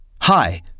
Hi